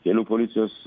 kelių policijos